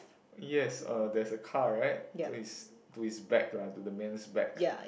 yes uh there's a car right to his to his back lah to the man's back